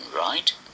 right